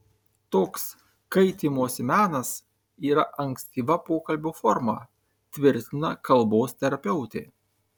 toks kaitymosi menas yra ankstyva pokalbio forma tvirtina kalbos terapeutė